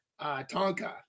Tonka